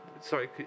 sorry